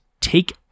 take